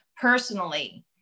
personally